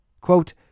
Quote